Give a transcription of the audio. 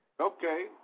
Okay